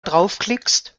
draufklickst